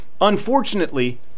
unfortunately